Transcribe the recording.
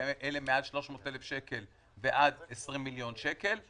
ומכאלה שמעל 300,000 שקלים ועד 20 מיליון שקלים.